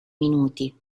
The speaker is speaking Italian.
minuti